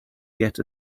get